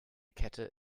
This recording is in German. kette